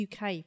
UK